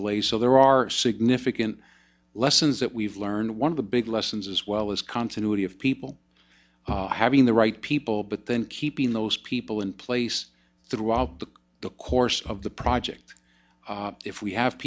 the so there are significant lessons that we've learned one of the big lessons as well as continuity of people having the right people but then keeping those people in place throughout the course of the project if we have